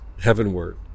heavenward